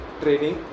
training